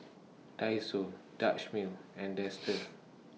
Daiso Dutch Mill and Dester